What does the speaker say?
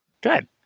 Good